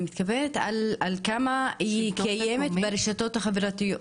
אני מתכוונת לכמה היא קיימת ברשתות החברתיות.